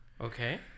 Okay